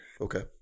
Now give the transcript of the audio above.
Okay